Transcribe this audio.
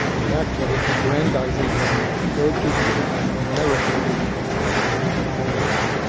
in that way aggrandizing what he preferred to view as american victories against the japanese.